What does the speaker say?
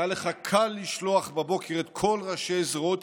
היה לך קל לשלוח בבוקר את כל ראשי זרועות